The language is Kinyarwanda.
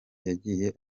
yagiye